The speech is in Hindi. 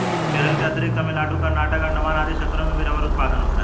केरल के अतिरिक्त तमिलनाडु, कर्नाटक, अण्डमान आदि क्षेत्रों में भी रबर उत्पादन होता है